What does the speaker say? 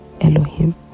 Elohim